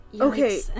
Okay